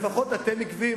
לפחות אתם עקביים,